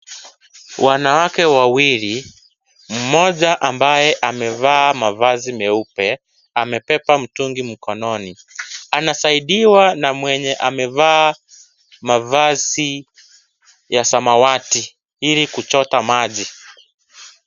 Wanawake wawili mmoja ambaye amevaa mavazi meupe amebeba mtungi mkononi . Anasaidiwa na mwenye amevaa mavazi ya samawati ili kuchota maji.